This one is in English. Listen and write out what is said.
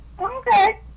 Okay